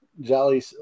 jolly